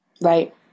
right